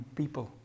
people